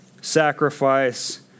sacrifice